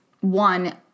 one